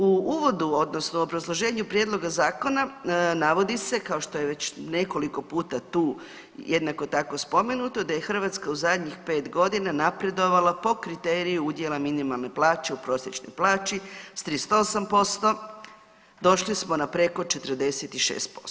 U uvodu odnosno obrazloženju prijedloga zakona navodi se kao što je već nekoliko puta tu jednako tako spomenuto da je Hrvatska u zadnjih 5.g. napredovala po kriteriju udjela minimalne plaće u prosječnoj plaći, s 38% došli smo na preko 46%